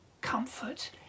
comfort